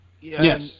Yes